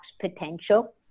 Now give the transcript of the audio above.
potential